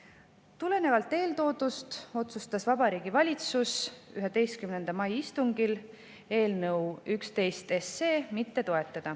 ise. Tulenevalt eeltoodust otsustas Vabariigi Valitsus 11. mai istungil eelnõu 11 mitte toetada.